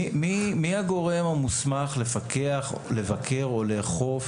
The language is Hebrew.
מי הגורם המוסמך לפקח, לבקר או לאכוף